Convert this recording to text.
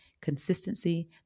consistency